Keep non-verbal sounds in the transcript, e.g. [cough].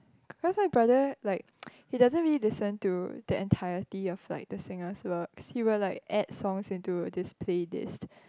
cause my brother like [noise] he doesn't really listen to the entirety of like the singer's works he will like add songs into a display disc